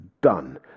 done